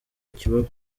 ikibaba